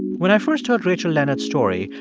when i first heard rachel leonard's story,